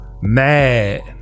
mad